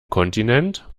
kontinent